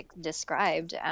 described